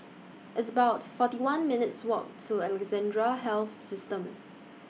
It's about forty one minutes' Walk to Alexandra Health System